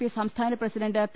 P സംസ്ഥാന president പ്പി